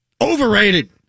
overrated